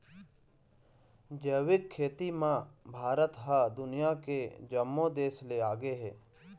जैविक खेती म भारत ह दुनिया के जम्मो देस ले आगे हे